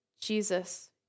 Jesus